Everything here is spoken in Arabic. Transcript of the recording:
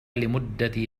لمدة